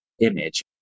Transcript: image